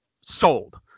sold